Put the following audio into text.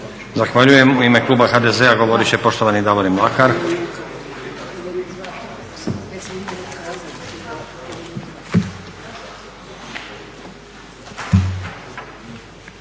Zahvaljujem. U ime kluba HDZ-a govorit će poštovani Davorin Mlakar.